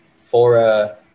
Fora